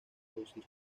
producir